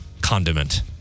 condiment